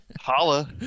Holla